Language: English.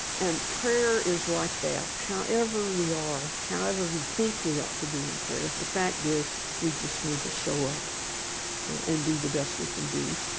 and prayer is like that. however we are, however we think we ought to be in prayer, the fact is we just need to show up and do the best we can do.